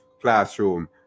classroom